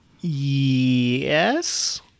Yes